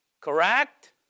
correct